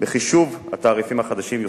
בחישוב התעריפים החדשים.